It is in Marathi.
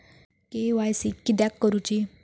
के.वाय.सी किदयाक करूची?